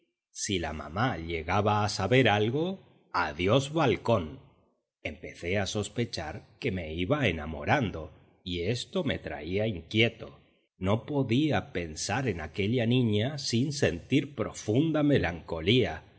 si la mamá llegaba a saber algo adiós balcón empecé a sospechar que me iba enamorando y esto me traía inquieto no podía pensar en aquella niña sin sentir